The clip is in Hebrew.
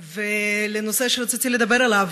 ולנושא שרציתי לדבר עליו.